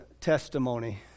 testimony